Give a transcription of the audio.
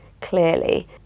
clearly